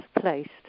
placed